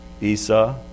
Esau